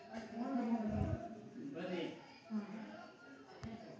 ಗಾಡಿ ಆಕ್ಸಿಡೆಂಟ್ ಆದ್ರ ಅದಕ ವಿಮಾ ಕಂಪನಿಯಿಂದ್ ರೊಕ್ಕಾ ತಗಸಾಕ್ ಯಾವ ಅರ್ಜಿ ತುಂಬೇಕ ಆಗತೈತಿ?